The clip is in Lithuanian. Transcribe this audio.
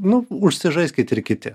nu užsižaiskit ir kiti